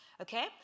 Okay